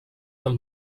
del